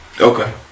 Okay